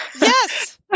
Yes